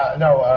no,